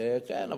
כן,